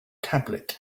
tablet